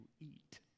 eat